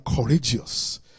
courageous